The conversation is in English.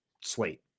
slate